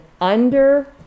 under-